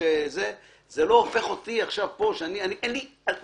וזה לא מתלקח, זה